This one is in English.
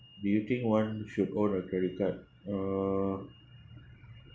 do you think one should or a credit card uh